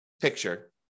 picture